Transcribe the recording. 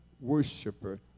worshiper